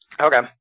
Okay